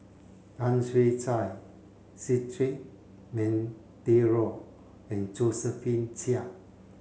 Ang Chwee Chai Cedric Monteiro and Josephine Chia